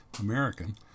American